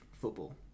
football